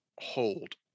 hold